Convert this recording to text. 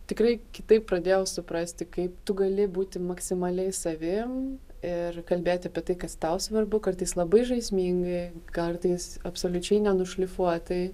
tikrai kitaip pradėjau suprasti kaip tu gali būti maksimaliai savim ir kalbėti apie tai kas tau svarbu kartais labai žaismingai kartais absoliučiai nenušlifuotai